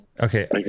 Okay